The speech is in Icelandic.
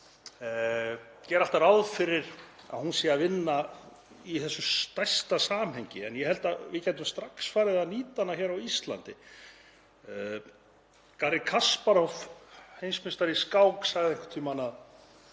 gera alltaf ráð fyrir að hún sé að vinna í þessu stærsta samhengi en ég held að við gætum strax farið að nýta hana hér á Íslandi. Gary Kasparov, heimsmeistari í skák, sagði einhvern tímann